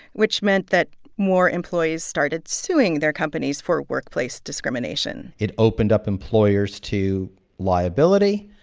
which meant that more employees started suing their companies for workplace discrimination it opened up employers to liability.